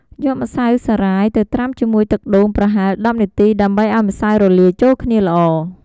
យកម្សៅសារាយទៅត្រាំជាមួយទឹកដូងប្រហែល ១០ នាទី ដើម្បីឱ្យម្សៅរលាយចូលគ្នាល្អ។